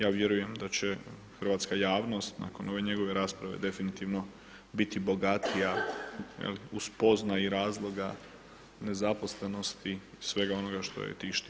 Ja vjerujem da će hrvatska javnost nakon ove njegove rasprave definitivno biti bogatija u spoznaji razloga nezaposlenosti i svega onoga šta je tišti.